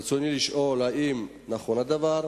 רצוני לשאול: 1. האם נכון הדבר?